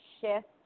shift